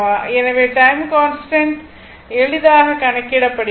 எனவே time constant எளிதாக கணக்கிட முடியும்